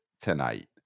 tonight